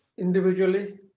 individually